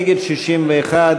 לשנת התקציב 2016,